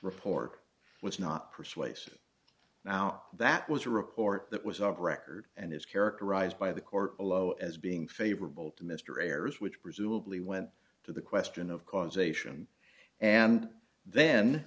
report was not persuasive now that was a report that was of record and is characterized by the court below as being favorable to mr ayers which presumably went to the question of causation and then